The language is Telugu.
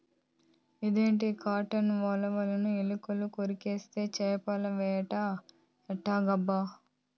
ఇదేంది కాటన్ ఒలను ఎలుకలు కొరికేస్తే చేపలేట ఎట్టబ్బా